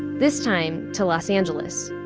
this time, to los angeles.